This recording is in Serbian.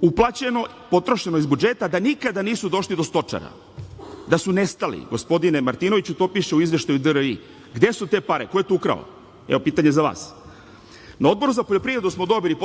uplaćeno, potrošeno iz budžeta da nikada nisu došli do stočara, da su nestali. Gospodine Martinoviću, to piše u izveštaju DRI. Gde su te pare? Ko je to ukrao? Evo pitanja za vas. Na Odboru za poljoprivredu smo dobili